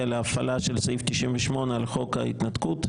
להפעלה של סעיף 98 על חוק ההתנתקות.